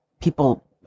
People